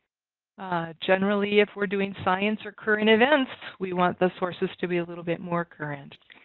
ah generally if we're doing science or current events we want the sources to be a little bit more current.